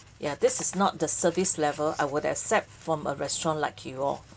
ya this is not the service level I would accept form a restaurant like you all